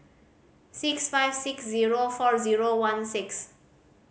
six five six zero four zero one six